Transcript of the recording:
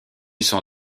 son